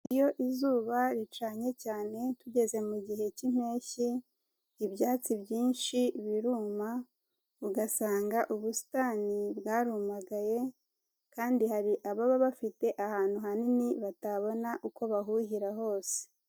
Iyo izuba ricanye cyane tugeze mu gihe cy'Impeshyi ibyatsi byinshi biruma, ugasanga ubusitani bwarumagaye kandi hari ababa bafite ahantu hanini batabona uko bahuhira hose.